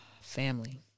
family